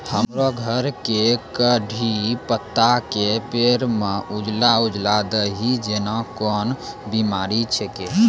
हमरो घर के कढ़ी पत्ता के पेड़ म उजला उजला दही जेना कोन बिमारी छेकै?